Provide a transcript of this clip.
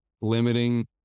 limiting